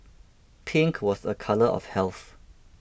pink was a colour of health